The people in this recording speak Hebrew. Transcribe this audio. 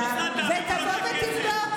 לטובת המפונים?